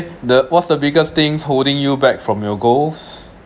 the what's the biggest things holding you back from your goals